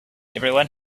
everyone